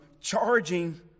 charging